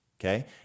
okay